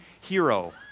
hero